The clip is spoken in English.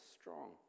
strong